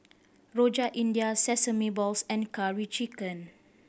Rojak India Sesame Balls and Curry Chicken